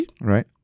Right